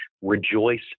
Rejoice